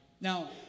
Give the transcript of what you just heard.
Now